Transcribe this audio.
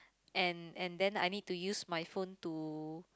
and and then I need to use my phone to